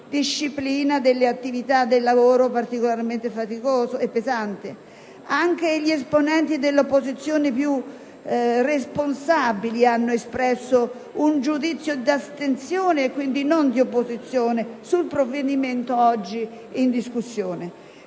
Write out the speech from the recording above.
disciplina delle attività di lavoro particolarmente faticose e pesanti. Anche gli esponenti dell'opposizione più responsabile hanno espresso un giudizio di astensione, e quindi non di opposizione, sul provvedimento oggi in discussione.